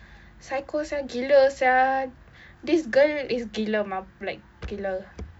psycho [sial] gila [sial] this girl is gila mabu~ like gila